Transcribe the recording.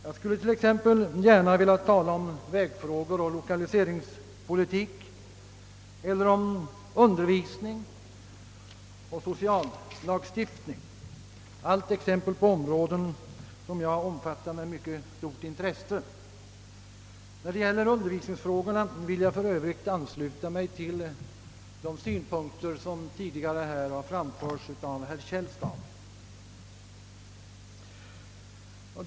Jag skulle t.ex. gärna vilja tala om vägfrågor och lokaliseringspolitik eller om undervisning och sociallagstiftning, allt exempel på områden som jag omfattar med mycket stort intresse. När det gäller undervisningsfrågorna vill jag för övrigt ansluta mig till de synpunkter som tidigare här har framförts av herr Källstad.